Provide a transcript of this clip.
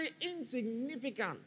insignificant